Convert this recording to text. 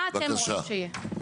מה אתם רואים שיהיה?